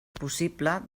possible